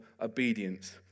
obedience